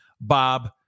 Bob